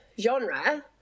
genre